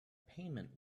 payment